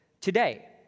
today